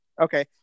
Okay